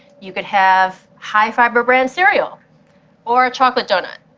you could have high fiber bran cereal or a chocolate donut.